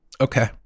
okay